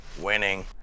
winning